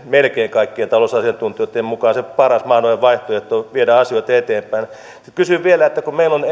melkein kaikkien talousasiantuntijoitten mukaan se paras mahdollinen vaihtoehto viedä asioita eteenpäin sitten kysyn vielä kun meillä on